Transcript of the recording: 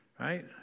right